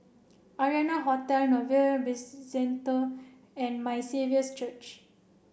Arianna Hotel Novelty Bizcentre and My Saviour's Church